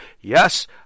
Yes